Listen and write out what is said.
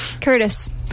curtis